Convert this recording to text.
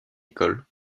école